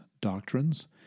doctrines